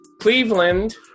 Cleveland